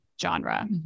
genre